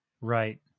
Right